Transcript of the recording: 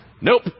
Nope